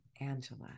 Angela